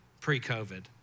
pre-COVID